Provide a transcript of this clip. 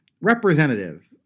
representative